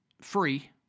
free